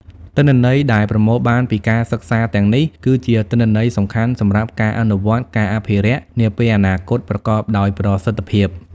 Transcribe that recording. ទិន្នន័យដែលប្រមូលបានពីការសិក្សាទាំងនេះ គឺជា ទិន្នន័យសំខាន់សម្រាប់ការអនុវត្តការអភិរក្សនាពេលអនាគត ប្រកបដោយប្រសិទ្ធភាព។